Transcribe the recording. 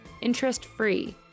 interest-free